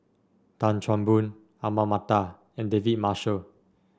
Tan Chan Boon Ahmad Mattar and David Marshall